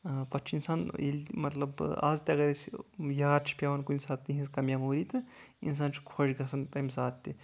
پَتہٕ چھُ اِنسان ییٚلہِ مطلب آز تہِ اَگر أسۍ یاد چھ پیٚوان کُنہِ ساتہٕ تِہنٛز کانٛہہ میموری تہٕ اِنسان چھُ خۄش گژھان تَمہِ ساتہٕ تہِ